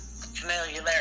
familiar